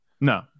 No